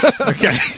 okay